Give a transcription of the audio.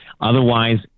Otherwise